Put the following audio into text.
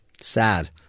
Sad